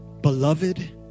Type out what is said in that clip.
Beloved